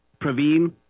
Praveen